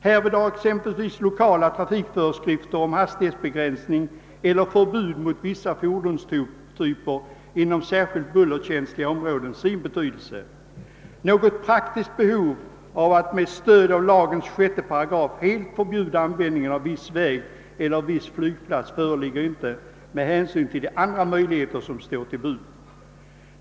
Härvid har exempelvis lokala trafikföreskrifter om hastighetsbegränsning eller förbud mot vissa fordonstyper inom särskilt bullerkänsliga områden sin betydelse. Något praktiskt behov av att med stöd av lagens 6 § helt förbjuda användningen av viss väg eller viss flygplats föreligger inte, med hänsyn till de andra möjligheter som står till buds.